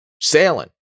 sailing